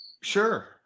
Sure